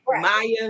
Maya